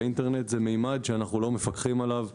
והאינטרנט הוא ממד שאנחנו לא מפקחים עליו,